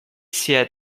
sia